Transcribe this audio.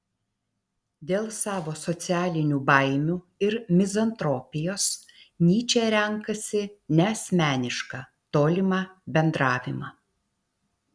dėl savo socialinių baimių ir mizantropijos nyčė renkasi neasmenišką tolimą bendravimą